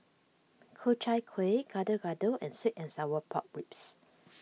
Ku Chai Kuih Gado Gado and Sweet and Sour Pork Ribs